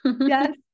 Yes